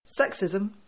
Sexism